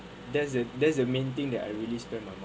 that's the that's the main thing that I really spend my money